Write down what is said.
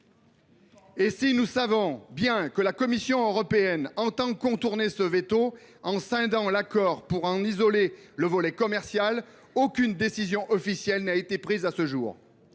! Si nous savons bien que la Commission européenne entend contourner ce veto en scindant l’accord pour isoler son volet commercial, aucune décision officielle n’a été prise à ce jour.